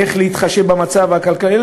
איך להתחשב במצב הכלכלי,